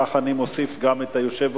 ככה אני מוסיף גם את היושב-ראש,